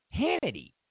Hannity